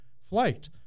flight